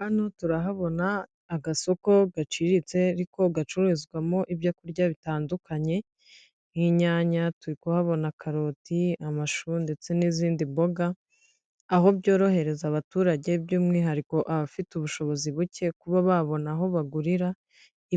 Hano turahabona agasoko gaciriritse ariko gacururizwamo ibyo kurya bitandukanye nk'inyanya, turi kuhabona karoti, amashu ndetse n'izindi mboga, aho byorohereza abaturage by'umwihariko abafite ubushobozi buke kuba babona aho bagurira